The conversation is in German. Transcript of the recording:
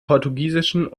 portugiesischen